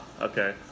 Okay